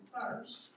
first